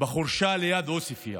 בחורשה ליד עוספיא.